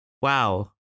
wow